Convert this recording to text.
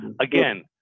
Again